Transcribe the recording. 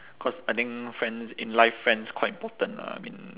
cause I think friends in life friends quite important lah I mean